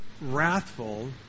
wrathful